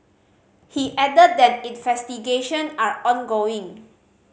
he added that investigation are ongoing